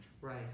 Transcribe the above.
Right